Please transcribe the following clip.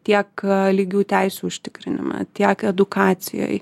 tiek lygių teisių užtikrinime tiek edukacijoj